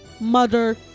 Mother